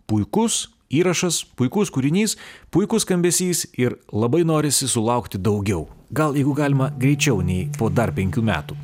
puikus įrašas puikus kūrinys puikus skambesys ir labai norisi sulaukti daugiau gal jeigu galima greičiau nei po dar penkių metų